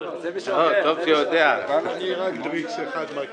אני רק דריקס אחד מכיר.